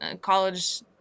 college